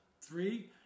Three